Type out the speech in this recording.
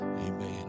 Amen